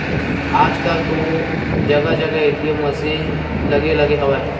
आजकल तो जगा जगा ए.टी.एम मसीन लगे लगे हवय